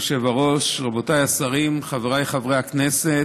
אדוני היושב-ראש, רבותיי השרים, חבריי חברי הכנסת,